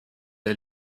der